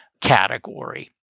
category